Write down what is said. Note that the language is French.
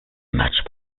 matchs